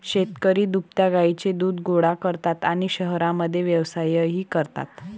शेतकरी दुभत्या गायींचे दूध गोळा करतात आणि शहरांमध्ये व्यवसायही करतात